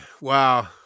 Wow